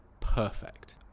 perfect